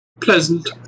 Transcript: Pleasant